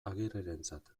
agirrerentzat